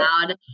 loud